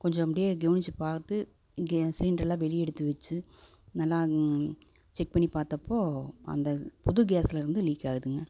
கொஞ்சம் அப்படியே கவனிச்சி பார்த்து இங்கே சிலிண்டரெல்லாம் வெளியே எடுத்து வச்சு நல்லா செக் பண்ணி பார்த்தப்போ அந்த புது கேஸ்லிருந்து லீக் ஆகுதுங்க